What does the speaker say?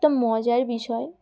একটা মজার বিষয়